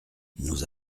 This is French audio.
nous